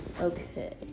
Okay